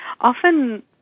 Often